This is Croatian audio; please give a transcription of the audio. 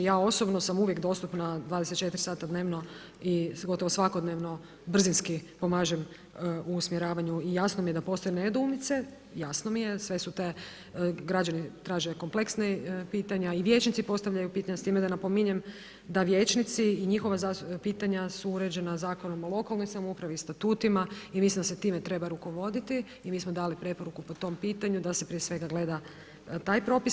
Ja osobno sam uvijek dostupna 24 sata dnevno i gotovo svakodnevno brzinski pomažem u usmjeravanju i jasno mi je da postoje nedoumice, jasno mi je, sve su te, građani traže kompleksne pitanja i vijećnici postavljaju pitanja, s time da napominjem da vijećnici i njihova pitanja su uređena Zakonom o lokalnoj samoupravi, statutima i mislim da se time treba rukovoditi i mi smo dali preporuku po tom pitanju da se prije svega gleda taj propis.